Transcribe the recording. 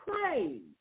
praise